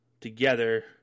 together